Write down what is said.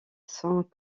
sont